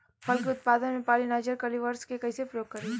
फल के उत्पादन मे पॉलिनाइजर कल्टीवर्स के कइसे प्रयोग करी?